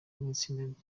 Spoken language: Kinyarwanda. n’itsinda